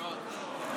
יפה מאוד.